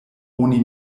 oni